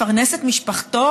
לפרנס את משפחתו.